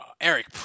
Eric